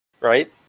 Right